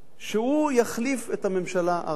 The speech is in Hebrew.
שהוא יחליף את הממשלה הרעה הזו.